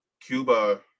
Cuba